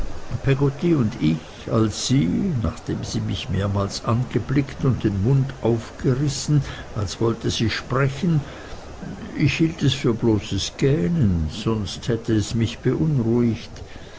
peggotty und ich als sie nachdem sie mich mehrmals angeblickt und den mund aufgerissen als wollte sie sprechen ich hielt es für bloßes gähnen sonst hätte es mich beunruhigt